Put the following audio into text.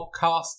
podcast